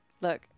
Look